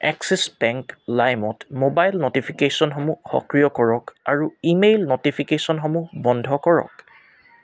axis Bank লাইমত mobile ন'টিফিকেশ্যনসমূহ সক্ৰিয় কৰক আৰু ইমেইল ন'টিফিকেশ্যনসমূহ বন্ধ কৰক